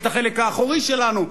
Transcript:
את החלק האחורי שלנו?